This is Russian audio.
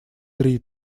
три